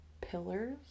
pillars